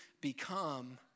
become